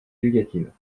éducative